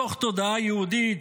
מתוך תודעה יהודית,